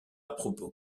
propos